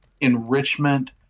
enrichment